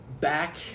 back